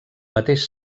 mateix